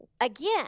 again